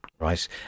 Right